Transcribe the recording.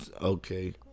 Okay